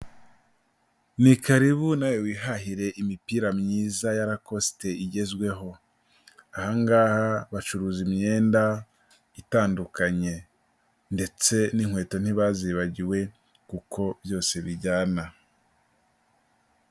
Ni karibu nawe wihahire imipira myiza ya rakosite igezweho, aha ngaha bacuruza imyenda itandukanye ndetse n'inkweto ntibazibagiwe kuko byose bijyana.